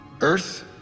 Earth